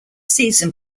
season